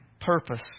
purpose